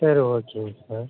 சரி ஓகேங்க சார்